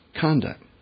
conduct